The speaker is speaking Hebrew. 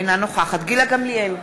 אינה נוכחת גילה גמליאל,